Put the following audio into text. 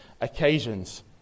occasions